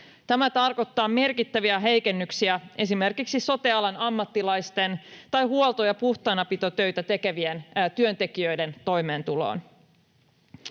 Tämä tarkoittaa merkittäviä heikennyksiä esimerkiksi sote-alan ammattilaisten tai huolto- ja puhtaanapitotöitä tekevien työntekijöiden toimeentuloon.